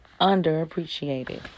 Underappreciated